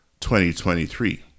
2023